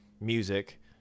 music